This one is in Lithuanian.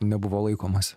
nebuvo laikomasi